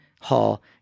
hall